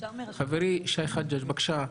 חברי שי חג'ג', בבקשה.